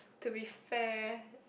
to be fair